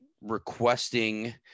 requesting